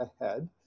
ahead